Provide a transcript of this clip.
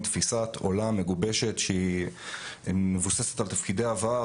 תפיסת עולם מגובשת שמבוססת על תפקידי העבר,